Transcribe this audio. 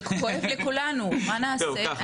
כואב לכולנו, מה נעשה?